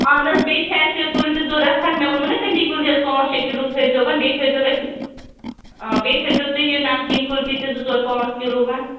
اَہن حظ بیٚیہِ چھِ اَسہِ کُلچہِ ضروٗرت مےٚ ووٚنمو نا کٔنٛدی لُکچس پانٛژھ شےٚ کِلو تھٲوِزیون بیٚیہِ تھٲوِزیٚو اَسہِ آ بیٚیہِ تھٲوِزیٚو تُہۍ یہِ نمکیٖن کُلچہِ تہِ زٕ ژور پانٛژ کِلوٗ